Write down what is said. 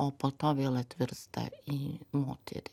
o po to vėl atvirsta į moterį